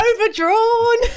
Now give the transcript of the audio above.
overdrawn